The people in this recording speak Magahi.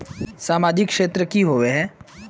सामाजिक क्षेत्र की होबे है?